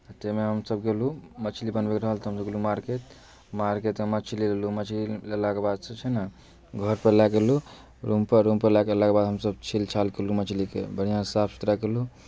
ताहिमे हमसभ गेलहुँ मछली बनबैके रहल तऽ हमसभ गेलहुँ मार्केट मार्केटमे मछली लेलहुँ मछली लेलाके बाद से छै ने घरपर लए गेलहुँ रूमपर रूमपर लए गेलाके बाद हमसभ छील छाल कयलहुँ मछलीके बढ़िआँसँ साफ सुथड़ा कयलहुँ